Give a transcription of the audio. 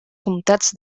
comtats